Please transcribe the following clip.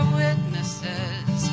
witnesses